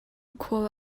khual